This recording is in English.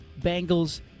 Bengals